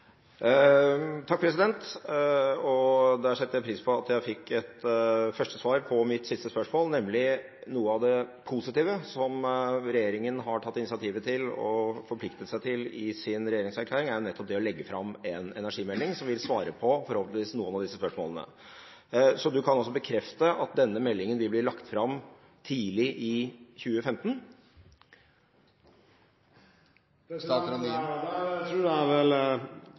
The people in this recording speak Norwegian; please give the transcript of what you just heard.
setter jeg pris på at jeg fikk et første svar på mitt siste spørsmål. Noe av det positive som regjeringen har tatt initiativet til og forpliktet seg til i sin regjeringserklæring, er nettopp det å legge fram en energimelding som vil svare på, forhåpentligvis, noen av disse spørsmålene. Så du kan altså bekrefte at denne meldingen vil bli lagt fram tidlig i 2015? Der tror jeg vel